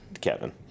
Kevin